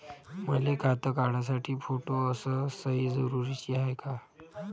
मले खातं काढासाठी फोटो अस सयी जरुरीची हाय का?